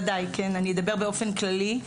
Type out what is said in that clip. אני אדבר באופן כללי.